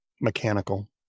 mechanical